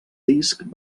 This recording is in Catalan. disc